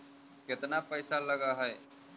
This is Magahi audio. केतना पैसा लगय है?